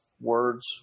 words